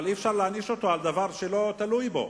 אבל אי-אפשר להעניש אותו על דבר שלא תלוי בו.